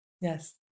Yes